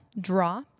draw